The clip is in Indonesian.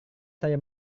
saya